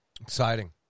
Exciting